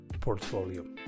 portfolio